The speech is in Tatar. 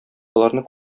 боларны